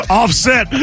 offset